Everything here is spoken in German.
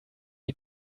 die